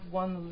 one